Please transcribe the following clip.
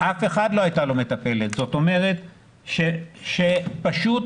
זאת אומרת שפשוט